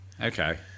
Okay